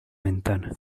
ventana